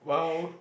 !wow!